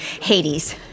Hades